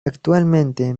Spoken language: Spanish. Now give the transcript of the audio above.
actualmente